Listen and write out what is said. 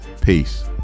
Peace